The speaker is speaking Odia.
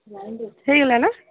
ହେଇଗଲା ନା